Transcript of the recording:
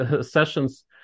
sessions